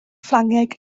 ffrangeg